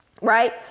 Right